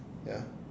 ya